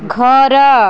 ଘର